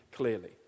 clearly